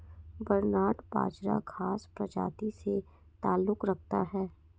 barnyard बाजरा घांस प्रजाति से ताल्लुक रखता है